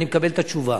אני מקבל את התשובה.